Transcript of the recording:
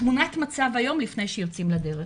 תמונת מצב היום לפני שיוצאים לדרך